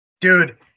dude